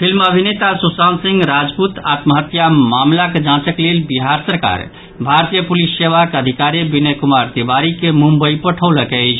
film अभिनेता सुशांत सिंह राजपूत आत्महत्या मामिलाक जांचक लेल बिहार सरकार भारतीय पुलिस सेवाक अधिकारी विनय कुमार तिवारी के मुम्बई पठौलक अछि